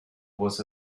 was